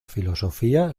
filosofía